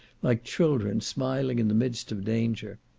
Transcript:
like children smiling in the midst of danger.